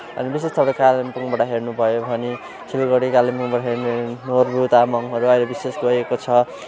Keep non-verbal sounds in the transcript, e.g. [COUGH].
अनि विशेष [UNINTELLIGIBLE] चाहिँ अब कालिम्पोङबाट हेर्नुभयो भने सिलगढी कालिम्पोङबाट हेर्नु नोर्बु तामाङहरू अहिले विशेष गएको छ